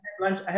lunch